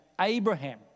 Abraham